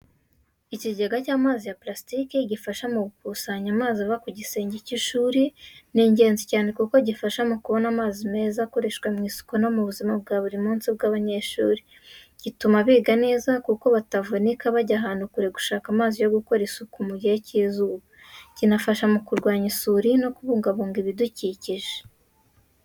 Ikigega cy’amazi cya purasitike gifasha mu gukusanya amazi ava ku gisenge cy’ishuri, ni ingenzi cyane kuko gifasha kubona amazi meza akoreshwa mu isuku no mu buzima bwa buri munsi bw’abanyeshuri. Gituma biga mu neza kuko batavunika bajya ahantu kure gushaka amazi yo gukora isuku mu gihe cy'izuba. Kinafasha mu kurwanya isuri no kubungabunga ibidukikije.